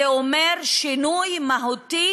זה אומר שינוי מהותי